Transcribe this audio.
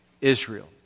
Israel